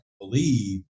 believe